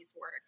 work